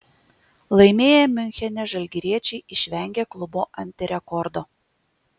laimėję miunchene žalgiriečiai išvengė klubo antirekordo